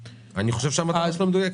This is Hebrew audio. ה-ווייז נותן לך זמן,